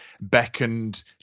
beckoned